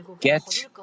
get